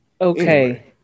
Okay